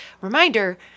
reminder